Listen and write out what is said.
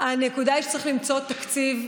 הנקודה היא שצריך למצוא תקציב.